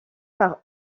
par